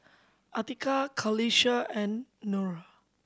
Atiqah Qalisha and Nura